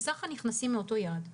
מסך הנכנסים מאותו יעד.